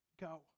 go